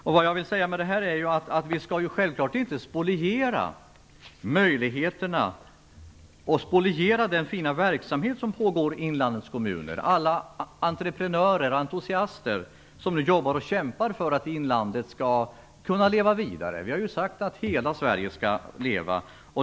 Med detta vill jag säga att vi inte skall spoliera möjligheterna för den fina verksamhet som pågår i inlandets kommuner hos alla entreprenörer och entusiaster som nu jobbar och kämpar för att inlandet skall kunna leva vidare. Vi har ju sagt att hela Sverige skall leva.